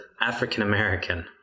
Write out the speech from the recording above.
African-American